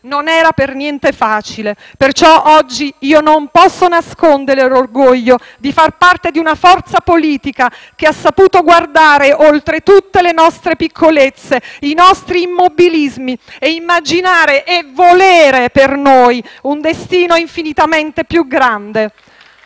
Non era per niente facile, perciò oggi io non posso nascondere l'orgoglio di far parte di una forza politica che ha saputo guardare oltre tutte le nostre piccolezze, i nostri immobilismi e immaginare e volere per noi un destino infinitamente più grande